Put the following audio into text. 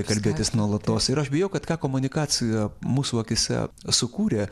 kalbėtis nuolatos ir aš bijau kad ką komunikacija mūsų akyse sukūrė